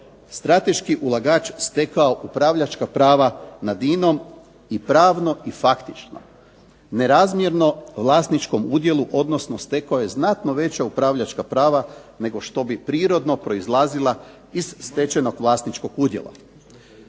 strateški ulagač stekao upravljačka prava nad INA-om i pravno i faktično nerazmjerno vlasničkom udjelu, odnosno stekao je znatno veća upravljačka prava nego što bi prirodno proizlazila iz stečenog vlasničkog udjela.